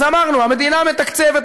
אז אמרנו: המדינה מתקצבת,